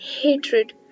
hatred